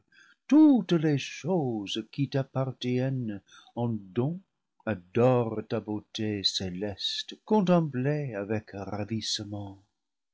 toutes les choses qui t'appartiennent en don adorent ta beauté céleste contemplée avec ravissement